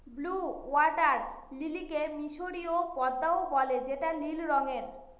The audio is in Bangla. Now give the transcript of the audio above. ব্লউ ওয়াটার লিলিকে মিসরীয় পদ্মাও বলে যেটা নীল রঙের